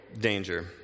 danger